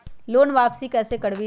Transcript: Loan वापसी कैसे करबी?